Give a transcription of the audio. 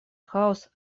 хаос